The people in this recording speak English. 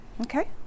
Okay